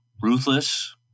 Ruthless